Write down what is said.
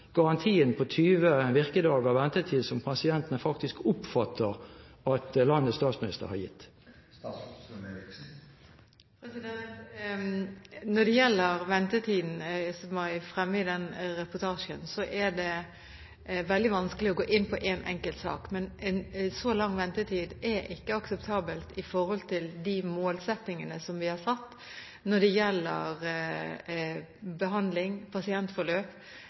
garantien på 20 virkedagers ventetid som pasientene faktisk oppfatter at landets statsminister har gitt? Når det gjelder ventetiden som var fremme i den reportasjen, er det veldig vanskelig å gå inn på én enkelt sak, men så lang ventetid er ikke akseptabelt i forhold til de målsettingene som vi har satt når det gjelder behandling og pasientforløp